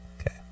Okay